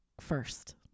first